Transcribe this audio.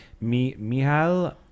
Mihal